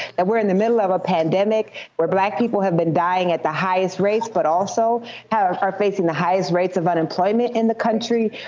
but we're in the middle of a pandemic where black people have been dying at the highest rates, but also are are facing the highest rates of unemployment in the country.